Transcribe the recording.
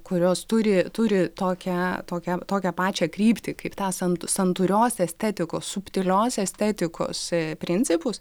kurios turi turi tokią tokią tokią pačią kryptį kaip tą san santūrios estetikos subtilios estetikos principus